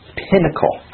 pinnacle